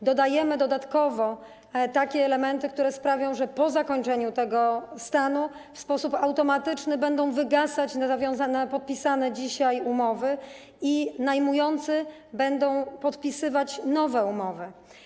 Wprowadzamy dodatkowo takie elementy, które sprawią, że po zakończeniu tego stanu w sposób automatyczny będą wygasać podpisane dzisiaj umowy i najmujący będą podpisywać nowe umowy.